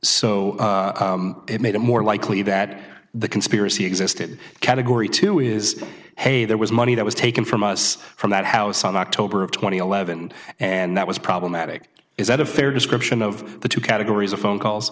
so it made it more likely that the conspiracy existed category two is hey there was money that was taken from us from that house on october of two thousand and eleven and that was problematic is that a fair description of the two categories of phone calls